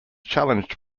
challenged